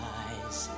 eyes